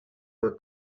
her